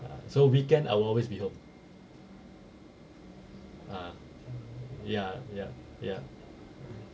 so weekend I'll always be home ah mm ya ya ya